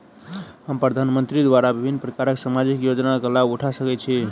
हम प्रधानमंत्री द्वारा विभिन्न प्रकारक सामाजिक योजनाक लाभ उठा सकै छी?